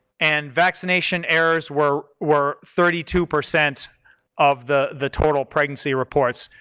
and vaccination errors were were thirty two percent of the the total pregnancy reports,